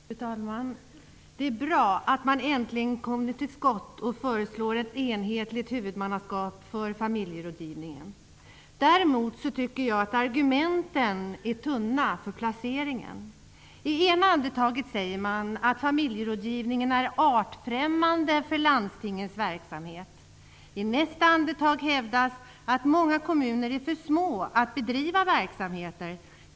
Fru talman! Det är bra att man äntligen kommer till skott och föreslår ett enhetligt huvudmannaskap för familjerådgivningen. Däremot tycker jag att argumenten för placeringen är tunna. I ena andetaget säger man att familjerådgivningen är artfrämmande för landstingens verksamhet. I nästa andetag hävdas att många kommuner är för små för att bedriva verksamheten.